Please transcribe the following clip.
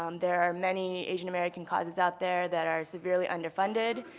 um there are many asian american causes out there that are severely underfunded.